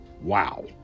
Wow